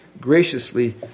graciously